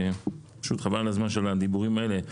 חבל על הזמן של הדיבורים האלה.